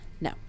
No